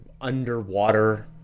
underwater